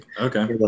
Okay